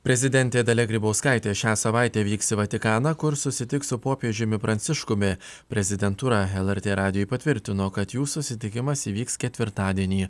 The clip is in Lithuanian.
prezidentė dalia grybauskaitė šią savaitę vyks į vatikaną kur susitiks su popiežiumi pranciškumi prezidentūra lrt radijui patvirtino kad jų susitikimas įvyks ketvirtadienį